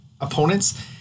opponents